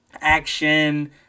action